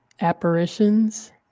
apparitions